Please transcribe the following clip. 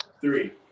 Three